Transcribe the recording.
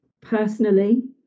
Personally